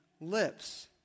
lips